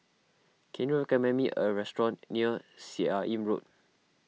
can you recommend me a restaurant near Seah Im Road